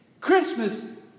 Christmas